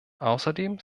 außerdem